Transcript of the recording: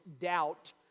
Doubt